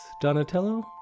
Donatello